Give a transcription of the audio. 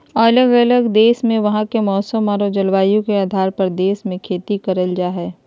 अलग अलग देश मे वहां के मौसम आरो जलवायु के आधार पर देश मे खेती करल जा हय